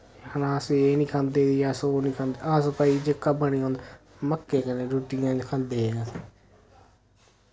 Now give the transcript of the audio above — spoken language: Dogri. आखना अस एह् नि खंदे जी अस ओ निं खंदे अस भाई जेह्का बनेआ होंदा मक्के कन्नै रुट्टियां खंदे हे अस